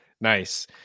nice